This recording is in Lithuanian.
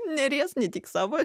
neries ne tik savo